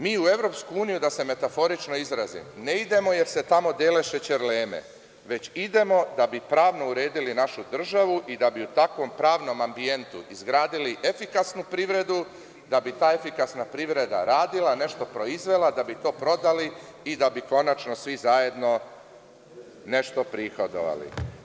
Mi u EU, da se metaforično izrazim, ne idemo jer se tamo dele šećerleme, već idemo da bi pravno uredili našu državu i da bi u takvom pravnom ambijentu izgradili efikasnu privredu, da bi ta efikasna privreda radila, nešto proizvela, da bi to prodali i da bi konačno svi zajedno nešto prihodovali.